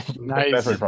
nice